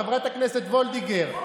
חברת הכנסת וולדיגר.